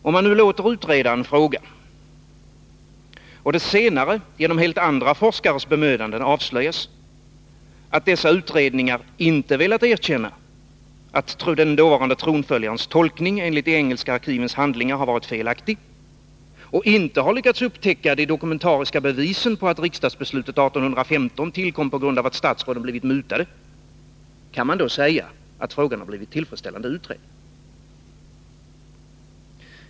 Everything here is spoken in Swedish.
Om man låter utreda en fråga och det senare, genom helt andra forskares bemödanden, avslöjas att dessa utredningar inte velat erkänna att den dåvarande tronföljarens tolkning enligt de engelska arkivens handlingar har varit felaktig och inte har lyckats upptäcka de dokumentariska bevisen på att riksdagsbeslutet 1815 tillkom på grund av att statsråden blivit mutade — kan man då säga att frågan blivit tillfredsställande utredd?